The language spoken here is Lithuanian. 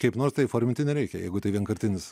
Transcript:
kaip nors tai įforminti nereikia jeigu tai vienkartinis